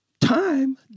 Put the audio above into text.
Time